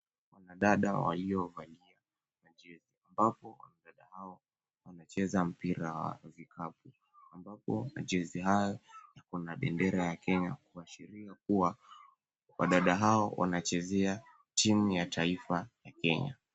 Wadada waliovalia majezi ambapo wadada hao wanacheza mpira wa vikapu ambapo majezi hayo yakona bendera ya Kenya kuashiria kuwa wadada hao wanachezea timu ya taifa ya Kenya.